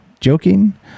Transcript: Joking